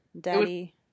Daddy